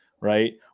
right